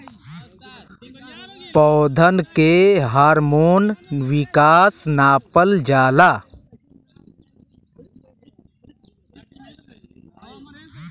पौधन के हार्मोन विकास नापल जाला